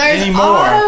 anymore